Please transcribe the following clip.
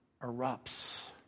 erupts